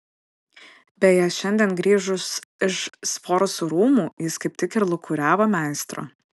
beje šiandien grįžus iš sforzų rūmų jis kaip tik ir lūkuriavo meistro